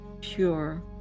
pure